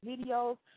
videos